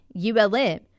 ULM